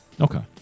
Okay